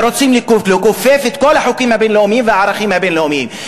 לכופף את כל החוקים הבין-לאומיים והערכים הבין-לאומיים.